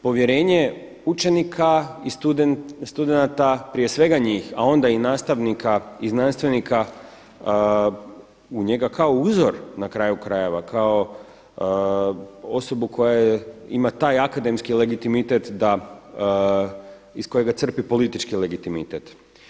Povjerenje učenika i studenata prije svega njih, a onda i nastavnika i znanstvenika u njega kao uzor na kraju krajeva kao osobu koja ima taj akademski legitimitet iz kojega crpi politički legitimitet.